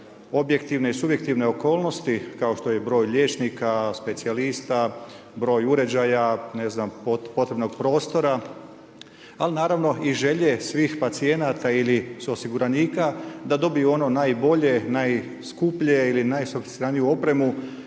objektivne i subjektivne okolnosti kao što je i broj liječnika specijalista, broj uređaja, ne znam potrebnog prostora. Ali naravno i želje svih pacijenata ili suosiguranika da dobiju ono najbolje, najskuplje ili najsofisticiraniju opremu